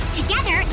Together